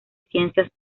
ciencias